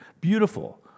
Beautiful